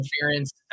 interference